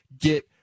get